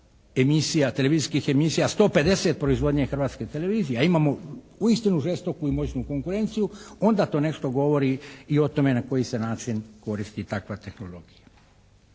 emisija, televizijskih emisija 150 proizvodnje Hrvatske televizije a imamo uistinu žestoku i moćnu konkurenciju onda to nešto govori i o tome na koji se način koristi takva tehnologija.